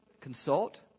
consult